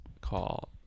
call